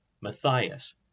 Matthias